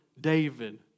David